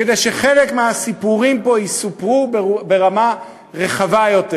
כדי שחלק מהסיפורים פה יסופרו ברמה רחבה יותר.